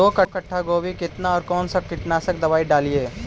दो कट्ठा गोभी केतना और कौन सा कीटनाशक दवाई डालिए?